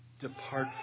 Depart